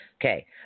Okay